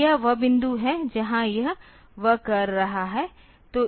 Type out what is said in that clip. तो यह वह बिंदु है जहां यह वह कर रहा है